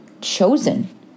chosen